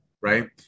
right